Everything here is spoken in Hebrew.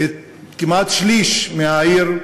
כמעט שליש מהעיר,